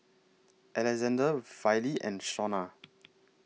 Alexande Wylie and Shona